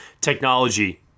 technology